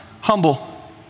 humble